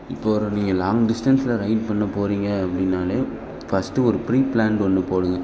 இப்போது ஒரு நீங்கள் லாங்க் டிஸ்டன்ஸில் ரைட் பண்ணப் போகிறீங்க அப்படின்னாலே ஃபஸ்ட்டு ஒரு ப்ரீப்ளான் ஒன்று போடுங்கள்